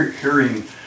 hearing